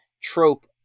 trope